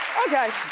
okay.